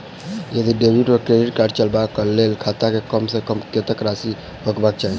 यदि डेबिट वा credit card चलबाक कऽ लेल खाता मे कम सऽ कम कत्तेक राशि हेबाक चाहि?